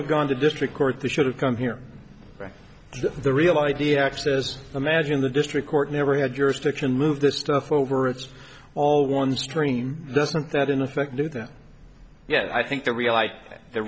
have gone to district court they should have come here right the real idea access imagine the district court never had jurisdiction move this stuff over it's all one stream doesn't that in effect do that yeah i think the